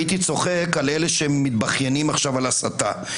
הייתי צוחק על אלה שמתבכיינים עכשיו על הסתה.